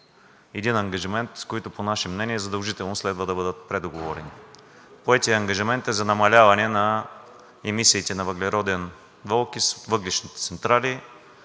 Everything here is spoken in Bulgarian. един ангажимент, които по наше мнение задължително следва да бъдат предоговорени. Поетият ангажимент е за намаляване на емисиите на въглероден двуокис от въглищните централи